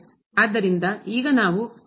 ಆದ್ದರಿಂದ ಈಗ ನಾವು ಇಲ್ಲಿ ಏನು ಪಡೆಯುತ್ತಿದ್ದೇವೆ